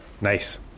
Nice